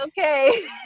okay